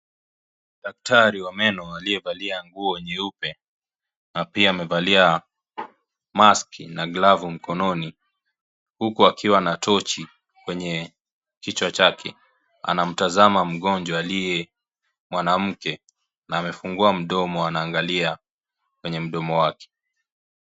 Daktari wa meno aliyevalia nguo nyeupe na pia amevalia maski na glavu mikononi huku akiwa na tochi kwenye kichwa chake, anamtazama mgonjwa aliye mwanamke na amefungua mdono na anaangalia kwenye mdomo wake.